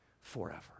forever